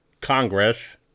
Congress